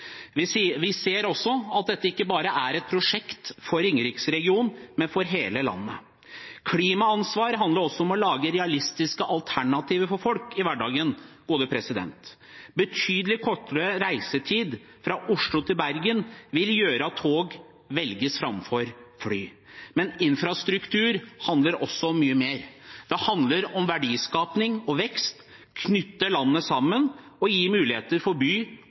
Vi ser også at dette ikke bare er et prosjekt for Ringeriks-regionen, men for hele landet. Klimaansvar handler også om å lage realistiske alternativer for folk i hverdagen. Betydelig kortere reisetid fra Oslo til Bergen vil gjøre at tog velges framfor fly, men infrastruktur handler også om mye mer. Det handler om verdiskaping og vekst, om å knytte landet sammen og gi muligheter for by